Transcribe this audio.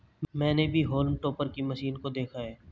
मैंने भी haulm topper की मशीन को देखा है